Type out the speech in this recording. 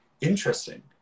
interesting